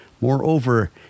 Moreover